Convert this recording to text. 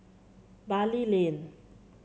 Bali Lane